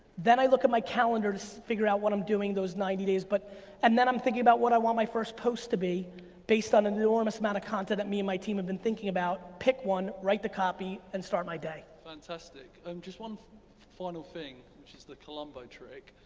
then, i look at my calendar to figure out what i'm doing those ninety days, but and then i'm thinking about what i want my first post to be based on an enormous amount of content that me and my team have been thinking about. pick one, right the copy and start my day. fantastic, and just one final thing, which is the columbo trick,